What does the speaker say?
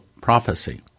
prophecy